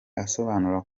asobanura